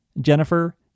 Jennifer